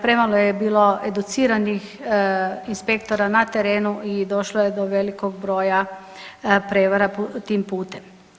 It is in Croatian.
Premalo je bilo educiranih inspektora na terenu i došlo je do velikog broja prevara tim putem.